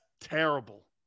terrible